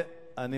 כחבר ועדת הכספים,